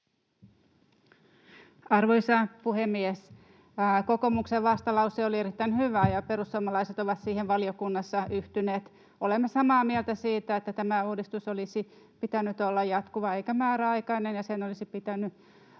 Arvoisa puhemies! Kokoomuksen vastalause oli erittäin hyvä, ja perussuomalaiset ovat siihen valiokunnassa yhtyneet. Olemme samaa mieltä siitä, että tämän uudistuksen olisi pitänyt olla jatkuva eikä määräaikainen ja sen olisi pitänyt